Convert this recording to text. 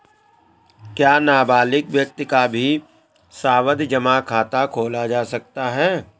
क्या नाबालिग व्यक्ति का भी सावधि जमा खाता खोला जा सकता है?